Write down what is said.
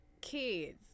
kids